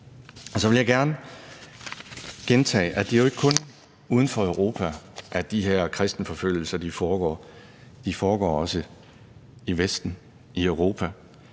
Jeg vil gerne gentage, at det jo ikke kun er uden for Europa, at de har kristenforfølgelser foregår. De foregår også i Vesten, altså i Europa.